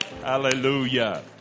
Hallelujah